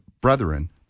brethren